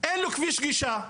אין לו כביש גישה,